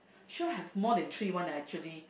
sure have more than three one ah actually